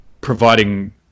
providing